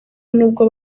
n’ubwo